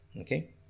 okay